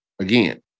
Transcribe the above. Again